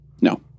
No